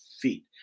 feet